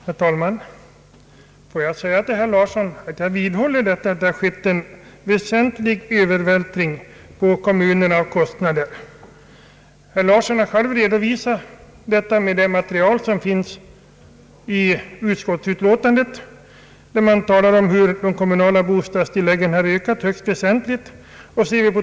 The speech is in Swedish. Herr talman! Får jag säga till herr Larsson, att jag vidhåller att det har skett en väsentlig övervältring av kostnader på kommunerna. Herr Larsson har själv redovisat detta med det material som finns i utskottsutlåtandet, där man talar om hur de kommunala bostadstilläggen ökat kraftigt.